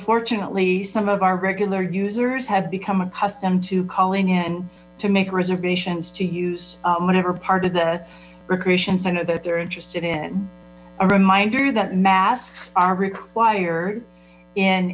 fortunately some of our regular users have become accustomed to calling in to make reservations to use whatever part of the recreation center that they're interested a reminder that masks are required in